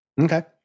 Okay